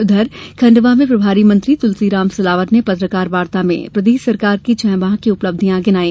उधर खंडवा में प्रभारी मंत्री तुलसीराम सिलावट ने पत्रकार वार्ता में प्रदेश सरकार की छह माह की उपलब्धियां गिनाई